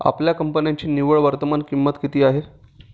आपल्या कंपन्यांची निव्वळ वर्तमान किंमत किती आहे?